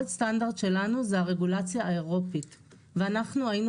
ה- -- סטנדרט שלנו זה הרגולציה האירופית ואנחנו ה יינו